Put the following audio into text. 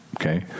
okay